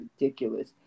ridiculous